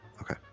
okay